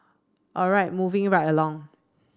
all right moving right along